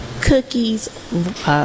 cookies